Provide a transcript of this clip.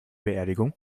beerdigung